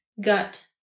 Gut